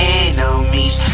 enemies